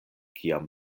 kiam